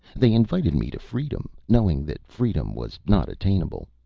they invited me to freedom, knowing that freedom was not attainable.